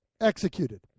executed